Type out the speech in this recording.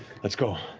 let's go.